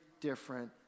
different